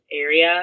area